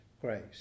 grace